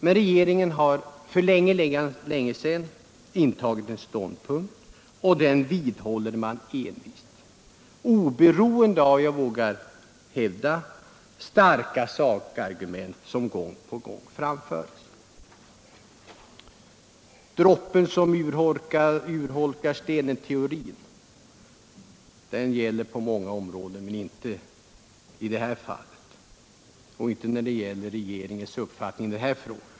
Men regeringen har för länge, länge sedan intagit en ståndpunkt och vidhåller den envist, oberoende av, det vågar jag hävda, starka sakargument, som gång på gång framförs. Ordet om droppen som urholkar stenen är riktigt på många områden, men inte i det här fallet och inte när det gäller socialdemokraternas uppfattning i den här frågan.